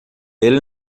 ele